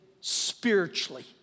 spiritually